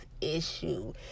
issue